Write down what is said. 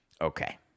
Okay